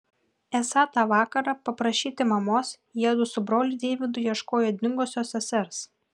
esą tą vakarą paprašyti mamos jiedu su broliu deividu ieškojo dingusios sesers